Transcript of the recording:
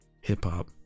hip-hop